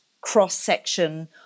cross-section